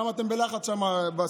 למה אתם בלחץ שם בסיעות?